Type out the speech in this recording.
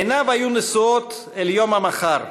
עיניו היו נשואות אל יום המחר,